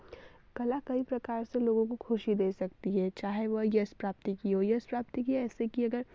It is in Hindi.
कला कई प्रकार से लोगों को खुशी दे सकती है चाहे वह यश प्राप्ति की हो यश प्राप्ति की ऐसे कि अगर